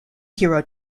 hero